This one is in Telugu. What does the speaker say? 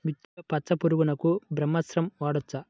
మిర్చిలో పచ్చ పురుగునకు బ్రహ్మాస్త్రం వాడవచ్చా?